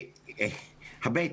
הבט,